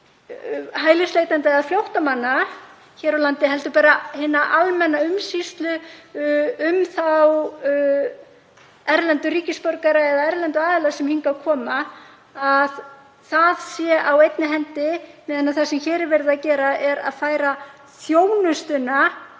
er hælisleitenda og flóttamanna hér á landi eða bara hina almenna umsýslu um þá erlendu ríkisborgara eða erlendu aðila sem hingað koma — að það sé á einni hendi. Það sem hér er verið að gera er að færa þjónustuna